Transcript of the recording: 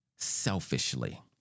Selfishly